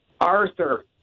Arthur